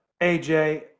AJ